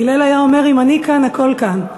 הלל היה אומר: אם אני כאן, הכול כאן.